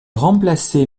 remplacé